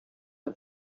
her